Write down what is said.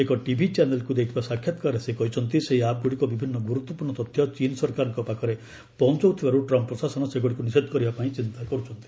ଏକ ଟିଭି ଚ୍ୟାନେଲ୍କୁ ଦେଇଥିବା ସାକ୍ଷାତକାରରେ ସେ କହିଛନ୍ତି ସେହି ଆପ୍ଗୁଡ଼ିକ ବିଭିନ୍ନ ଗୁରୁତ୍ୱପୂର୍ଣ୍ଣ ତଥ୍ୟ ଚୀନ୍ ସରକାରଙ୍କ ପାଖରେ ପହଞ୍ଚାଉଥିବାରୁ ଟ୍ରମ୍ପ୍ ପ୍ରଶାସନ ସେଗୁଡ଼ିକୁ ନିଷେଧ କରିବା ପାଇଁ ଚିନ୍ତା କରୁଛନ୍ତି